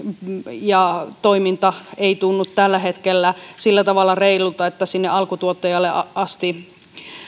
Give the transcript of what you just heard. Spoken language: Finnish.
ja toiminta ei tunnu tällä hetkellä sillä tavalla reilulta että sinne alkutuottajalle asti